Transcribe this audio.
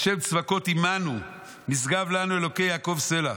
ה' צבאות עמנו משגב לנו אלוקי יעקב סלה.